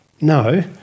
no